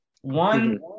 One